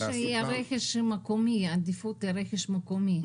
גם של רכש מקומי, כלומר, עדיפות לרכש מקומי.